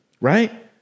Right